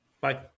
Bye